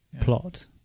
Plot